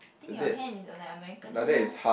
think your hand is like American hand orh